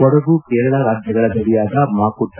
ಕೊಡಗು ಕೇರಳ ರಾಜ್ಯಗಳ ಗಡಿಯಾದ ಮಾಕುಟ್ಟ